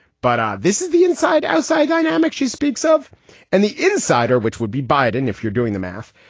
but this is the inside, outside dynamic. she speaks of and the insider, which would be biden, if you're doing the math,